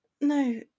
no